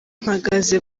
mpagaze